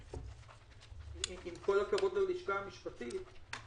עם כל הכבוד ללשכה המשפטית,